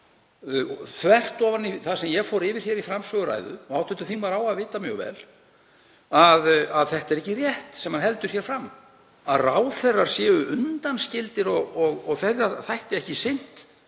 þvert ofan í það sem ég fór yfir í framsöguræðu og hv. þingmaður á að vita mjög vel að þetta er ekki rétt sem hann heldur hér fram, að ráðherrar séu undanskildir og þeirra þætti ekki sinnt